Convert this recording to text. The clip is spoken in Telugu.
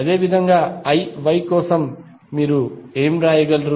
అదేవిధంగా Iy కోసం మీరు ఏమి వ్రాయగలరు